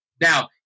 Now